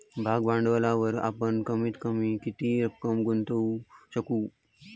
भाग भांडवलावर आपण कमीत कमी किती रक्कम गुंतवू शकू?